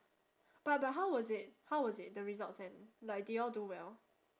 but but how was it how was it the results and like did y'all do well